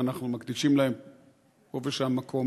ואנחנו מקדישים להם פה ושם מקום.